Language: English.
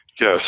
Yes